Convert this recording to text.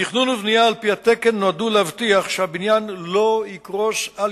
תכנון ובנייה על-פי התקן נועדו להבטיח שהבניין לא יקרוס על